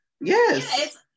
Yes